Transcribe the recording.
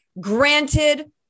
granted